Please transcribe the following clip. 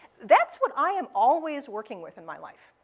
that's what i am always working with in my life.